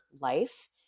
life